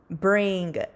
bring